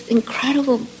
incredible